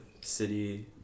city